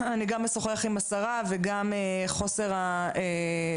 אני גם אשוחח עם השרה וגם חוסר ההגעה